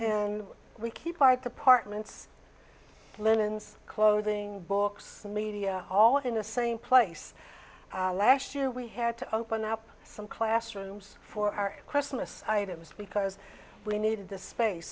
and we keep our departments linens clothing books media all in the same place last year we had to open up some classrooms for our christmas items because we needed the space